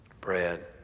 bread